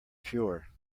pure